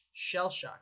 Shellshock